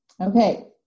Okay